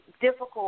difficult